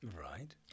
Right